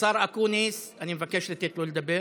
השר אקוניס, אני מבקש לתת לו לדבר.